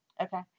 Okay